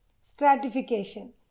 Stratification